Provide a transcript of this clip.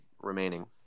remaining